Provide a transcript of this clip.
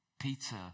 Peter